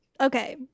Okay